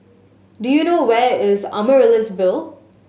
do you know where is Amaryllis Ville